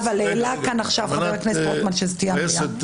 עכשיו הקמת את המדינה?